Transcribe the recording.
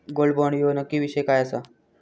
Gold bond ह्यो नक्की विषय काय आसा?